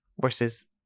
versus